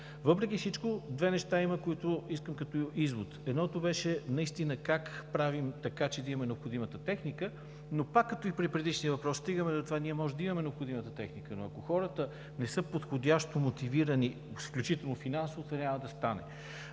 Въпреки всичко има две неща, които искам като извод. Едното беше как правим така, че да имаме необходимата техника, но пак като и при предишния въпрос, стигаме до това – ние може да имаме необходимата техника, но ако хората не са подходящо мотивирани, включително финансово, това няма да стане.